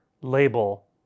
label